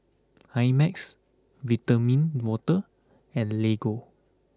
IMAX Vitamin Water and Lego